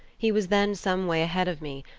he was then some way ahead of me,